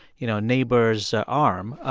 you know, neighbor's arm.